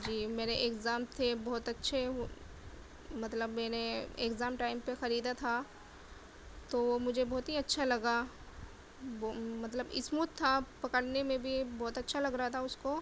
جی میرے اگزام تھے بہت اچھے مطلب میں نے اگزام ٹائم پہ خریدا تھا تو وہ مجھے بہت ہی اچھا لگا مطلب اسمود تھا پکڑنے میں بھی بہت اچھا لگ رہا تھا اس کو